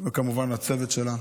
וכמובן לצוות שלה,